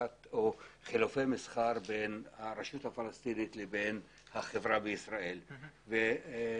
חילופי מסחר בין הרשות הפלסטינית לבין החברה בישראל ובקבוקים